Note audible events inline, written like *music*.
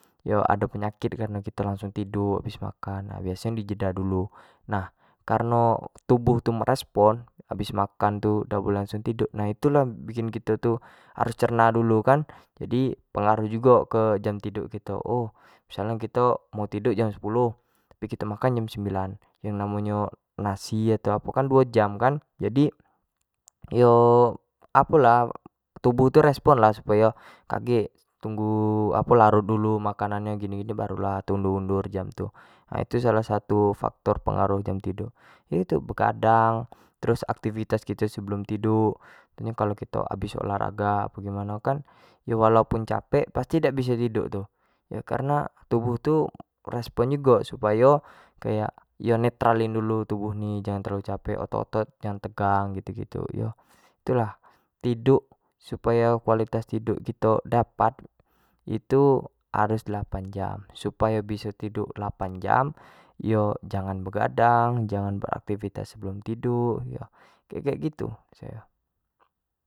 Yo ado penyakit kan kareno kito langsung tiduk habis makan, biaso nyo di jeda dulu, nah kareno tubuh tu merespon habis makan tu dak boleh langsung tiduk nah itu lah bikin kito tu harus cerna dulu kan jadi pengaruh jugo jam tiduk jugo *hesitation* misal nyo kito mau tiduk jam sepuluh tapi kito makan jam sembilan yang namo nyo nasi atau apo kan duo jam kan jadi yo apo lah tubuh tu respon lah supayo kagek tunggu larut dulu makanan gini-gini baru lah te undur-undur jam tu, itu salah satu faktor pengaruh jam tidur, yo itu begadang, terus aktivitas kito sebelum tiduk, apo lagi kito habis olah raga apo gitu kan, yo walau pun capek pasti dak biso tiduk tu karena tubuh tu respon jugo supayo, kayak yo netralin dulu tubuh nyo jangan terlalu capek, otot-otot tegang gitu-gitu, itu lah tiduk supayo kualitas tiduk kito dapat itu harus delapan jam suapayo biso tiduk delapan jam yo jangan begadang, jangan beraktivitas ebelum tiduk, kek-kek gitu misal nyo.